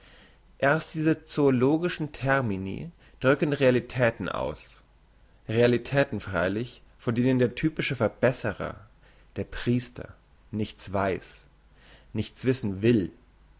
erst diese zoologischen termini drücken realitäten aus realitäten freilich von denen der typische verbesserer der priester nichts weiss nichts wissen will